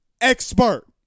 expert